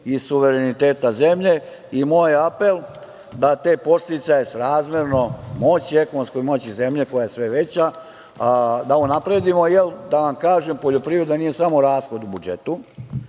i suvereniteta zemlje. Moj apel je da te podsticaje srazmerno ekonomskoj moći zemlje, koja je sve veća, da unapredimo, jer da vam kažem, poljoprivreda nije samo rashod u budžetu.